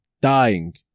dying